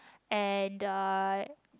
and I